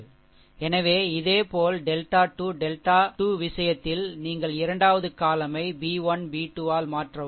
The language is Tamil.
எனவே இதேபோல் டெல்டா 2 டெல்டா 2 விஷயத்தில் நீங்கள் இரண்டாவது column யை b 1 b 2 ஆல் மாற்றவும்